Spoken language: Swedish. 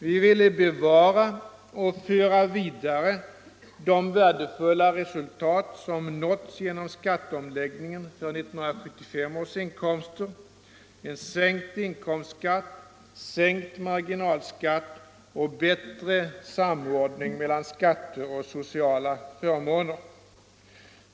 Vi ville bevara och föra vidare det värdefulla resultat som nåtts genom skatteomläggningen för 1975 års inkomster, nämligen en sänkt inkomstskatt, sänkt marginalskatt och bättre samordning mellan skatter och sociala förmåner.